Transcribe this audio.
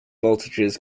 voltages